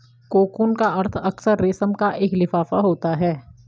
cocoon का अर्थ अक्सर रेशम का एक लिफाफा होता है